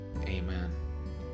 amen